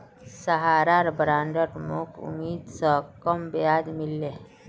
सहारार बॉन्डत मोक उम्मीद स कम ब्याज मिल ले